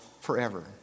forever